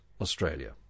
Australia